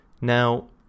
Now